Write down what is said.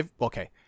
Okay